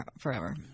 forever